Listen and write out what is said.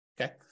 Okay